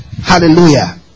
Hallelujah